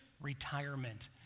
Retirement